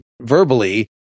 verbally